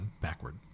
Backward